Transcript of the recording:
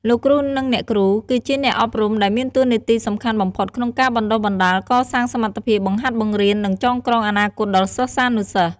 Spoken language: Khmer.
លោកគ្រូ និងអ្នកគ្រូ គឺជាអ្នកអប់រំដែលមានតួនាទីសំខាន់បំផុតក្នុងការបណ្តុះបណ្តាល កសាងសមត្ថភាព បង្ហាត់បង្រៀន និងចងក្រងអនាគតដល់សិស្សានុសិស្ស។